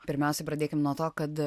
pirmiausiai pradėkime nuo to kad